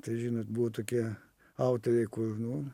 tai žinot buvo tokie autoriai kur nu